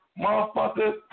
Motherfucker